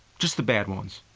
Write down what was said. just the bad ones.